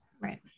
Right